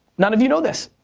none of you know this.